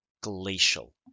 glacial